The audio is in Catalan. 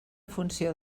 funció